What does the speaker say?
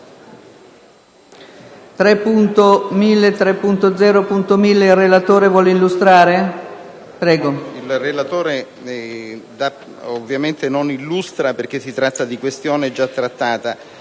ovviamente non illustra, perché si tratta di questione già trattata.